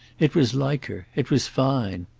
it was like her. it was fine.